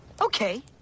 okay